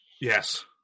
Yes